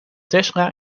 tesla